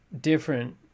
different